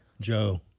Joe